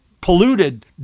polluted